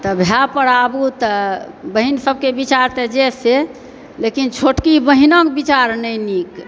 तऽ भाय पर आब तऽ बहिन सभकेँ विचार तऽ जे से लेकिन छोटकी बहिनक विचार नहि नीक